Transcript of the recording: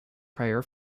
prayer